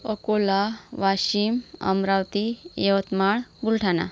Akola Washim Amravati Yavatmal Buldhana